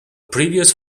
previous